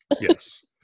yes